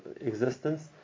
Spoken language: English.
existence